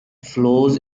flows